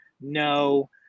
No